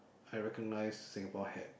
I recognised Singapore had